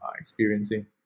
experiencing